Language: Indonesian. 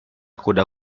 kuda